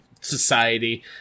society